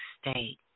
state